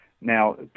Now